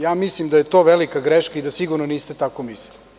Ja mislim da je to velika greška i da sigurno niste tako mislili.